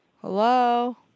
Hello